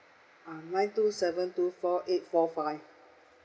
uh nine two seven two four eight four five